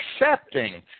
accepting